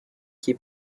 qui